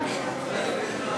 הארכת תקופת